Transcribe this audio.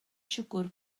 siwgr